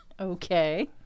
Okay